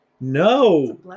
no